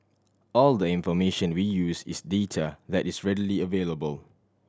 all the information we use is data that is readily available